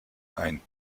ein